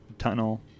tunnel